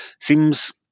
seems